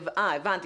הבנתי.